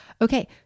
okay